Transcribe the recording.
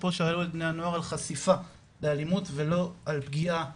שפה שאלו את בני הנוער על חשיפה לאלימות ולא על פגיעה ישירה,